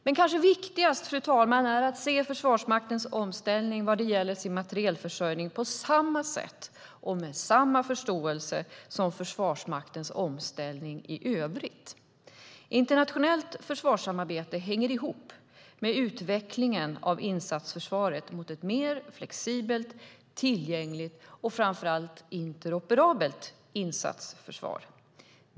Men kanske viktigast, fru talman, är att se Försvarsmaktens omställning vad gäller materielförsörjningen på samma sätt och med samma förståelse som Försvarsmaktens omställning i övrigt. Internationellt försvarssamarbete hänger ihop med utvecklingen av insatsförsvaret mot ett mer flexibelt, tillgängligt och framför allt interoperabelt insatsförsvar.